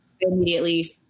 immediately